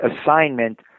assignment